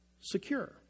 secure